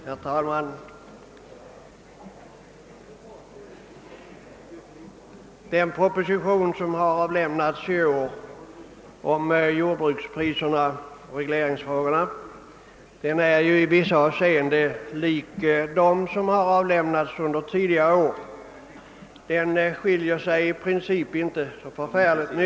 Herr talman! Årets proposition om jordbrukspriserna och regleringsfrågorna är i vissa avseenden lik motsvarande propositioner under tidigare år; i princip är skillnaderna inte så förfärligt stora.